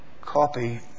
copy